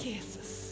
Jesus